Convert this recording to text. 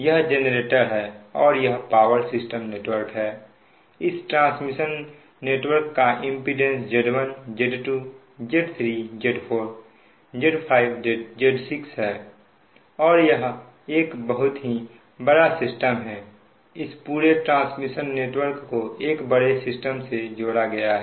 यह जेनरेटर है और यह पावर सिस्टम नेटवर्क है इस ट्रांसमिशन नेटवर्क का impedance Z1 Z2 Z3 Z4 Z5 Z6 है और यह एक बहुत ही बड़ा सिस्टम है इस पूरे ट्रांसमिशन नेटवर्क को एक बड़े सिस्टम से जोड़ा गया है